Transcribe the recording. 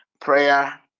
prayer